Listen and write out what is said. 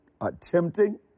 Attempting